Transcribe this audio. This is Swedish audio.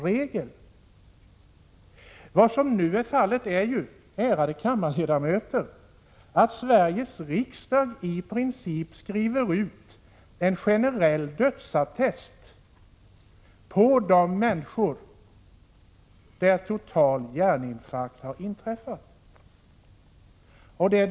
Men vad som nu kommer att ske, ärade kammarledamöter, är att Sveriges riksdag i princip skriver ut en generell dödsattest för de människor hos vilka total hjärninfarkt har inträtt.